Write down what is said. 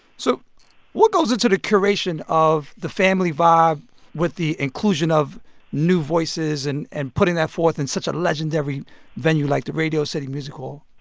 so what goes into the curation of the family vibe with the inclusion of new voices and and putting that forth in such a legendary venue like the radio city music hall?